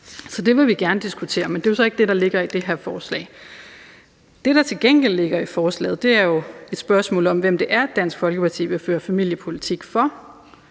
Så det vil vi gerne diskutere, men det er jo så ikke det, der ligger i det her forslag. Det, der til gengæld ligger i forslaget, er jo et spørgsmål om, hvem det er, Dansk Folkeparti vil føre familiepolitik for,